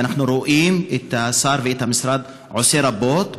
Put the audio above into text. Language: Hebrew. ואנחנו רואים שהשר ואת המשרד עושים רבות בזה,